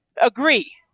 agree